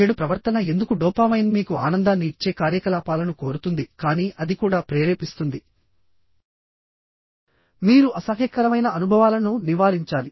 చెడు ప్రవర్తన ఎందుకు డోపామైన్ మీకు ఆనందాన్ని ఇచ్చే కార్యకలాపాలను కోరుతుంది కానీ అది కూడా ప్రేరేపిస్తుంది మీరు అసహ్యకరమైన అనుభవాలను నివారించాలి